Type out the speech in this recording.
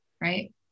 Right